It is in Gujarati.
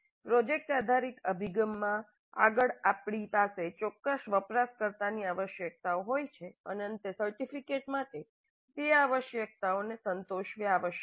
પ્રોજેક્ટ આધારિત અભિગમમાં આગળ આપણી પાસે ચોક્કસ વપરાશકર્તાની આવશ્યકતાઓ હોય છે અને અંતે આર્ટિફેક્ટ માટે તે આવશ્યકતાઓને સંતોષવી આવશ્યક છે